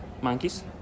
monkeys